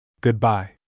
Goodbye